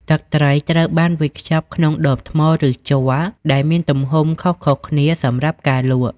ទឹកត្រីត្រូវបានវេចខ្ចប់ក្នុង ដបថ្ម ឬជ័រដែលមានទំហំខុសៗគ្នាសម្រាប់ការលក់។